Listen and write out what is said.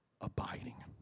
abiding